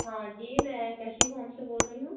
हाँ जी मैं कृषि फ़ार्म से बोल रही हूँ